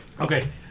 Okay